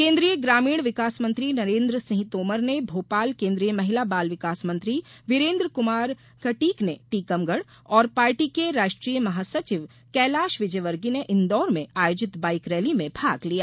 केन्द्रीय ग्रामीण विकास मंत्री नरेन्द्र सिंह तोमर ने भोपाल केन्द्रीय महिला बाल विकास मंत्री विरेन्द्र क्मार घटीक ने टीकमगढ और पार्टी के राष्ट्रीय महासचिव कैलाश विजयवर्गीय ने इंदौर में आयोजित बाइक रैली में भाग लिया